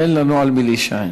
ואין לנו על מי להישען.